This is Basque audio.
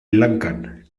lankan